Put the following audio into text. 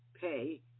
pay